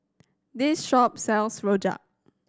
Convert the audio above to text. this shop sells rojak